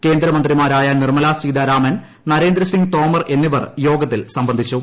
കേന്ദ്രമന്ത്രിമാരായ നിർമ്മലാ സീതാരാമൻ നരേന്ദ്രി പ്സീംഗ് തോമർ എന്നിവർ യോഗത്തിൽ സംബന്ധിച്ചു